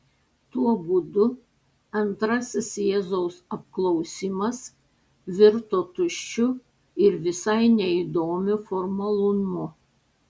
tuo būdu antrasis jėzaus apklausimas virto tuščiu ir visai neįdomiu formalumu